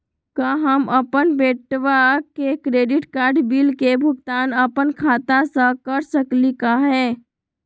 का हम अपन बेटवा के क्रेडिट कार्ड बिल के भुगतान अपन खाता स कर सकली का हे?